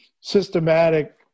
systematic